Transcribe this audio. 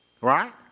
Right